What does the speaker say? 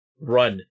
Run